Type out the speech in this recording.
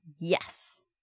Yes